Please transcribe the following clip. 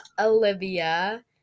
Olivia